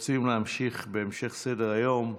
להצעות לסדר-היום בנושא: